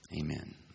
Amen